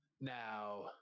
now